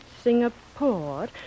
Singapore